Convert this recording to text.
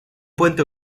puente